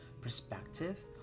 perspective